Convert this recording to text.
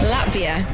Latvia